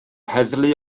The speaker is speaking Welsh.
heddlu